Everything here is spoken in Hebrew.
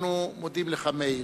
אנחנו מודים לך, מאיר,